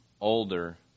older